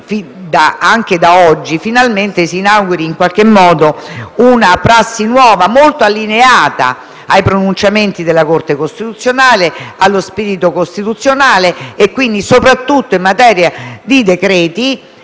anche da oggi, si inauguri finalmente una prassi nuova, molto allineata ai pronunciamenti della Corte costituzionale, allo spirito costituzionale e quindi, soprattutto in materia di decreti-legge,